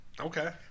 Okay